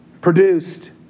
produced